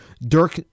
Dirk